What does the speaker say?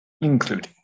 including